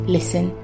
Listen